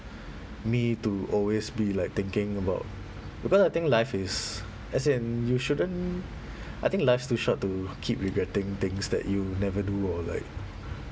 me to always be like thinking about because I think life is as in you shouldn't I think life's too short to keep regretting things that you never do or like